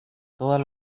todas